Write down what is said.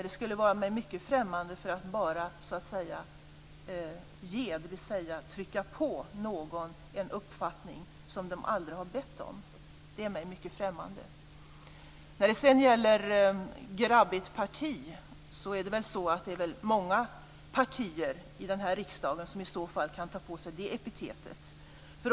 Det skulle vara mig mycket främmande att bara ge, dvs. trycka på någon en uppfattning som de aldrig har bett om. Det är som sagt mig mycket främmande. När det gäller ett grabbigt parti är det väl många partier i denna riksdag som kan ta på sig det epitetet.